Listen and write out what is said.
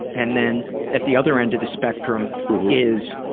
and then at the other end of the spectrum is